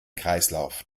kreislauf